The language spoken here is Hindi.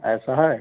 ऐसा है